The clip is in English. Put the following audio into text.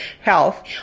health